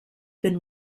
been